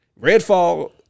Redfall